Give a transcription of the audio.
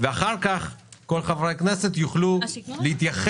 ואחר כך כל חברי הכנסת יוכלו להתייחס.